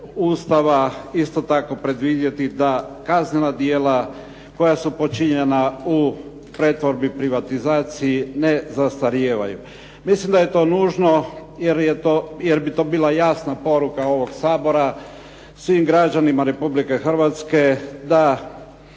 isto tako predvidjeti da kaznena djela koja su počinjena u pretvorbi privatizaciji ne zastarijevaju. Mislim da je to nužno jer bi to bila jasna poruka ovog Sabora svim građanima Republike Hrvatske da